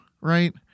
right